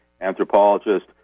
Anthropologist